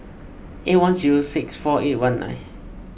eight one zero six four eight one nine